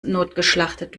notgeschlachtet